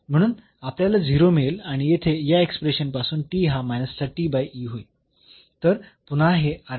म्हणून आपल्याला 0 मिळेल आणि येथे या एक्सप्रेशन पासून हा होईल